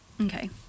Okay